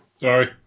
Sorry